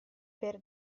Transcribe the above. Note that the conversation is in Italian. per